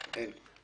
אין.